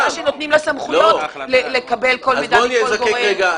עובדה שנותנים לה סמכויות לקבל כל מידע מכל גורם.